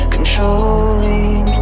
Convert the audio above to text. Controlling